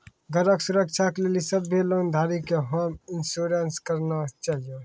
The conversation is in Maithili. घरो के सुरक्षा के लेली सभ्भे लोन धारी के होम इंश्योरेंस कराना छाहियो